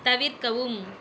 தவிர்க்கவும்